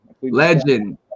Legend